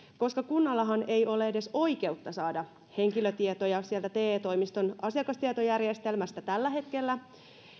koska kunnallahan ei ole tällä hetkellä edes oikeutta saada henkilötietoja te toimiston asiakastietojärjestelmästä